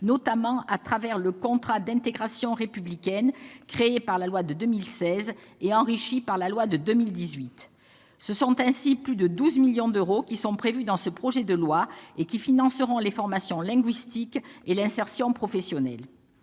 notamment le contrat d'intégration républicaine, le CIR, qui a été créé par la loi de 2016 et enrichi par la loi de 2018. Ce sont ainsi plus de 12 millions d'euros qui sont prévus dans ce projet de loi et qui financeront les formations linguistiques et l'insertion professionnelle.